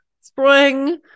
spring